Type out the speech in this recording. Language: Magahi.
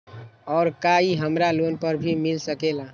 और का इ हमरा लोन पर भी मिल सकेला?